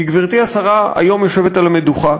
כי, גברתי השרה, היום יושבת על המדוכה